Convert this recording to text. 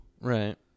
right